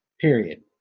period